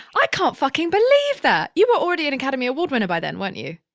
i can't fucking believe that. you were already an academy award winner by then, weren't you?